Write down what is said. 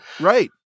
right